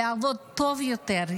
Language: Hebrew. לעבוד טוב יותר,